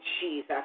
Jesus